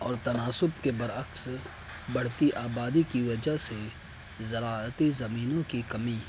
اور تناسب کے برعکس بڑھتی آبادی کی وجہ سے زراعتی زمینوں کی کمی